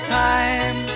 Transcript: time